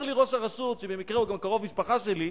אומר לי ראש הרשות, שבמקרה הוא גם קרוב משפחה שלי: